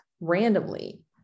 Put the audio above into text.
randomly